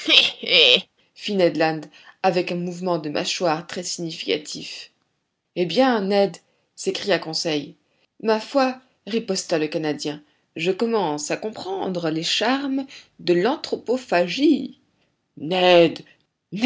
land avec un mouvement de mâchoire très significatif eh bien ned s'écria conseil ma foi riposta le canadien je commence à comprendre les charmes de l'anthropophagie ned